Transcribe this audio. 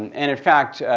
and and in fact,